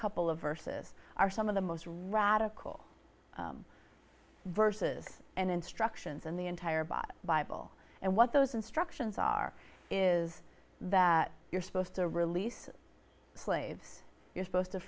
couple of verses are some of the most radical verses and instructions in the entire bought bible and what those instructions are is that you're supposed to release slaves you're supposed to